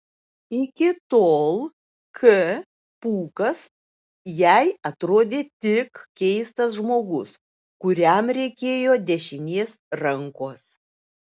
iki tol k pūkas jai atrodė tik keistas žmogus kuriam reikėjo dešinės rankos